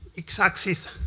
x axis,